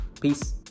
Peace